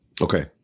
Okay